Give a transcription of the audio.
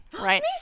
Right